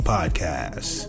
Podcast